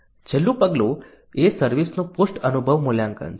છેલ્લું પગલું એ સર્વિસ નું પોસ્ટ અનુભવ મૂલ્યાંકન છે